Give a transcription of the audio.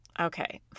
Okay